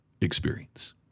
experience